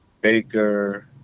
Baker